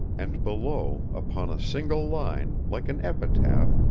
and below, upon a single line, like an epitaph,